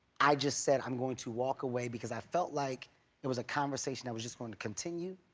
i just said i'm going to walk away, because i felt like it was a conversation that was just going to continue,